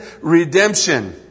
redemption